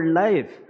life